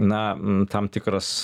na tam tikras